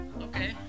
Okay